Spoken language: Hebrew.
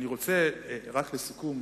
רק לסיכום,